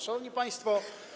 Szanowni Państwo!